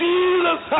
Jesus